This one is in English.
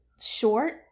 short